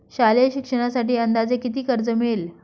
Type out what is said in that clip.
शालेय शिक्षणासाठी अंदाजे किती कर्ज मिळेल?